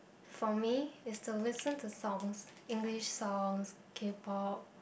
for me is to listen to songs English songs k-pop